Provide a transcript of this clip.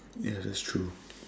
ya that's true